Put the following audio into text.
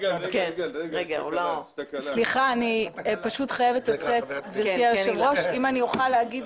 אני חייבת לצאת ואני מבקשת להגיב.